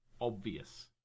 obvious